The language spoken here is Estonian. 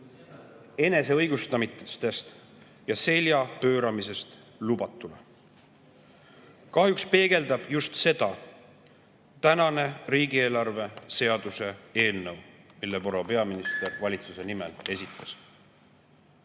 eneseõigustamistest ja selja pööramisest lubatule. Kahjuks peegeldab just seda tänane riigieelarve seaduse eelnõu, mille proua peaminister valitsuse nimel esitas.